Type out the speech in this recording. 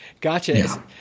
Gotcha